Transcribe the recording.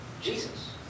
Jesus